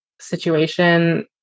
situation